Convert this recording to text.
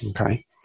Okay